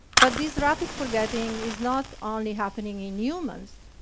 but this rapid forgetting is not only happening in humans.